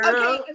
Okay